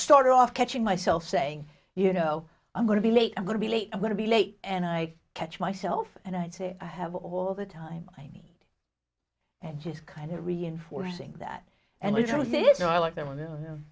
start off catching myself saying you know i'm going to be late i'm going to be late i'm going to be late and i catch myself and i'd say i have all the time i me and just kind of reinforcing that and the truth is i like the